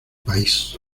país